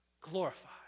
glorified